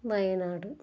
Wayanad